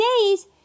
days